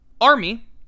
Army